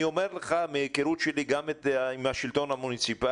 אני אומר לך מהיכרות שלי גם עם השלטון המוניציפאלי,